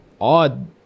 odd